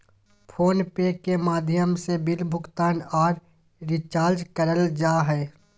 phone पे के माध्यम से बिल भुगतान आर रिचार्ज करल जा हय